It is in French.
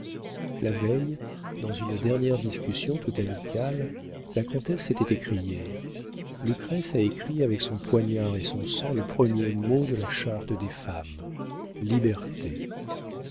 la veille dans une dernière discussion tout amicale la comtesse s'était écriée lucrèce a écrit avec son poignard et son sang le premier mot de la charte des femmes